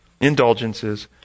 indulgences